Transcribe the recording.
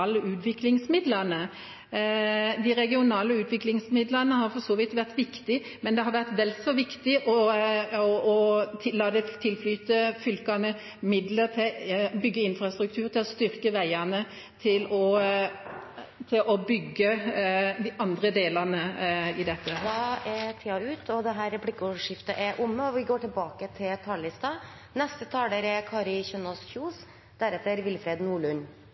utviklingsmidlene. De regionale utviklingsmidlene har for så vidt vært viktige, men det har vært vel så viktig å la det tilflyte fylkene midler til å bygge infrastruktur, til å styrke veiene og til andre ting her. Replikkordskiftet er omme. Gjennom flere tiår har den politiske debatten om dagens fylkeskommuner pågått, og i juni landet Stortingets flertall en endring i antall fylker, etter en enighet mellom Høyre, Venstre, Kristelig Folkeparti og Fremskrittspartiet. Vi